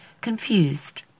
confused